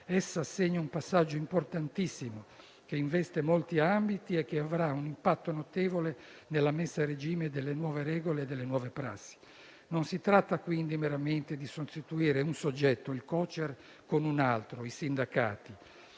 Essa assegna un passaggio importantissimo che investe molti ambiti e avrà un impatto notevole sulla messa a regime delle nuove regole e prassi. Non si tratta meramente di sostituire un soggetto, il Cocer, con un altro, i sindacati.